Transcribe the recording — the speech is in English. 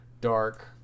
dark